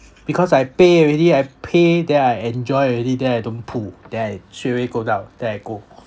because I pay already I pay then I enjoy already then I don't pull then I straightaway go down then I go